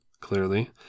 clearly